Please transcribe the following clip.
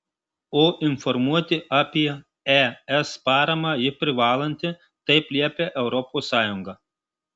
o informuoti apie es paramą ji privalanti taip liepia europos sąjunga